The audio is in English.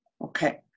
okay